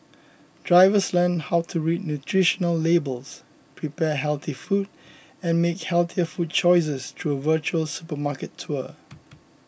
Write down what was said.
drivers learn how to read nutritional labels prepare healthy food and make healthier food choices through a virtual supermarket tour